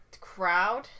crowd